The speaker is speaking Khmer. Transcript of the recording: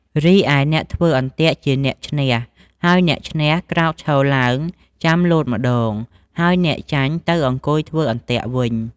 រីឯអ្នកធ្វើអន្ទាក់ជាអ្នកឈ្នះ ហើយអ្នកឈ្នះក្រោកឈរឡើងចាំលោតម្ដង ហើយឲ្យអ្នកចាញ់ទៅអង្គុយធ្វើអន្ទាក់វិញ។